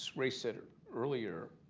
ray said earlier,